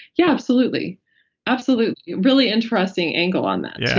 yeah, absolutely absolutely. really interesting angle on that,